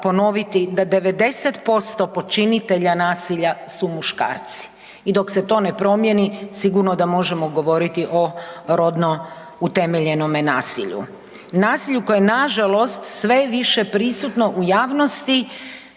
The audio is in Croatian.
da 90% počinitelja nasilja su muškarci i dok se to ne promijeni, sigurno da možemo govoriti o rodno utemeljenome nasilju. Nasilje u koje nažalost sve više prisutno u javnosti,